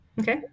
Okay